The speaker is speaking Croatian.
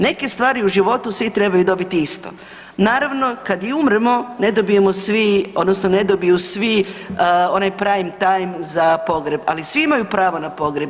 Neke stvari u životu svi trebaju dobiti isto, naravno kada i umremo ne dobijemo svi odnosno ne dobiju svi onaj prime time za pogreb, ali svi imaju pravo na pogreb.